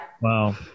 Wow